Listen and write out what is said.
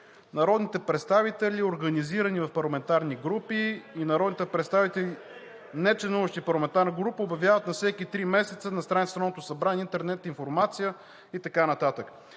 „Народните представители, организирани в парламентарни групи, и народните представители, нечленуващи в парламентарна група, обявяват на всеки три месеца на страницата на Народното събрание интернет